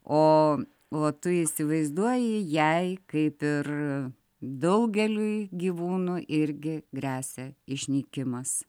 o o tu įsivaizduoji jai kaip ir daugeliui gyvūnų irgi gresia išnykimas